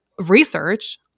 research